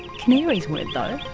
canaries weren't though.